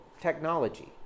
technology